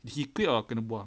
he quit or kena buang